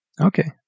Okay